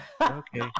Okay